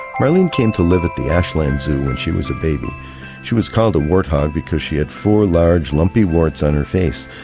marlene came to live at the ashland zoo when and and she was a baby she was called a warthog because she had four large lumpy warts on her face.